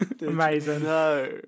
Amazing